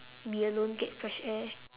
be alone get fresh air